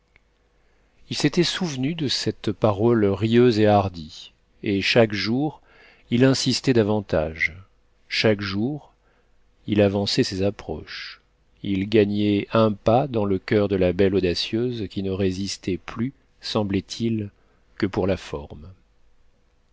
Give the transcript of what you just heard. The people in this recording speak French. il s'était souvenu de cette parole rieuse et hardie et chaque jour il insistait davantage chaque jour il avançait ses approches il gagnait un pas dans le coeur de la belle audacieuse qui ne résistait plus semblait-il que pour la forme